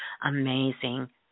amazing